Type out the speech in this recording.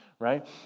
right